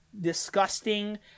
disgusting